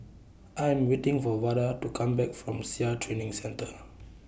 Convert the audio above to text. I Am waiting For Vada to Come Back from Sia Training Centre